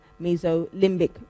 mesolimbic